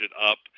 up